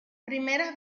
primeras